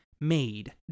made